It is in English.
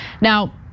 Now